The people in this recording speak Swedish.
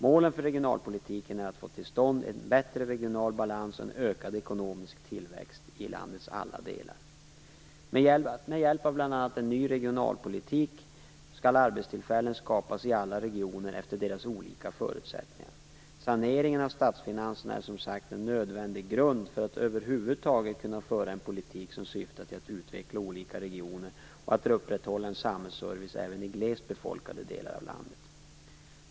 Målen för regionalpolitiken är att få till stånd en bättre regional balans och en ökad ekonomisk tillväxt i landets alla delar. Med hjälp av bl.a. en ny regionalpolitik skall arbetstillfällen skapas i alla regioner efter deras olika förutsättningar. Saneringen av statsfinanserna är som sagt en nödvändig grund för att över huvud taget kunna före en politik som syftar till att utveckla olika regioner och för att upprätthålla en samhällsservice även i glest befolkade delar av landet.